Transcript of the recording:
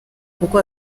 kuko